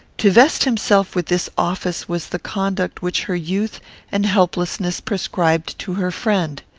to vest himself with this office was the conduct which her youth and helplessness prescribed to her friend.